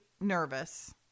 nervous